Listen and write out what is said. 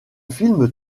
film